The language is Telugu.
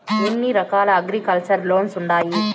ఎన్ని రకాల అగ్రికల్చర్ లోన్స్ ఉండాయి